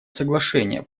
соглашения